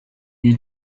you